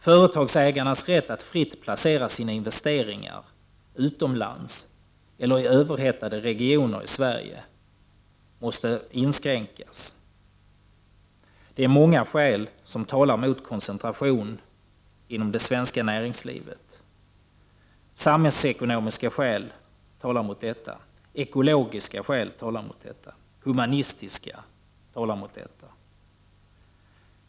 Företagsägarnas rätt att fritt placera sina investeringar utomlands eller i överhettade regioner i Sverige måste inskränkas. Det är många skäl som talar mot koncentration inom det svenska näringslivet. Samhällsekonomiska skäl, ekologiska skäl och humanistiska skäl talar emot detta.